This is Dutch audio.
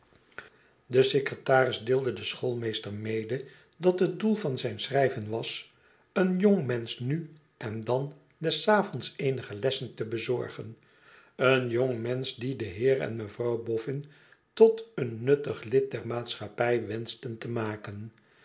de secretaris deelde den schoolmeester mede dat het doel van zijn schrijven was een jongmensch nu en dan des avonds eenige lessen te bezorgen een jongmensch dien de heer en mevrouw bofün tot een nuttig lid der maatschappij wenschten te maken